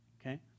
okay